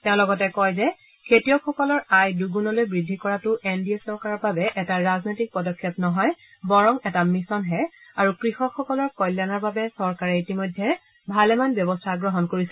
তেওঁ লগতে কয় যে খেতিয়কসকলৰ আয় দুগুনলৈ বৃদ্ধি কৰাটো এন ডি এ চৰকাৰৰ বাবে এটা ৰাজনৈতিক পদক্ষেপ নহয় বৰং এটা মিছনহে আৰু কৃষকসকলৰ কল্যাণৰ বাবে চৰকাৰে ইতিমধ্যে ভালেমান ব্যৱস্থা গ্ৰহণ কৰিছে